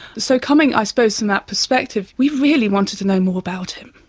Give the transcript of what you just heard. so coming i suppose from that perspective, we really wanted to know more about him.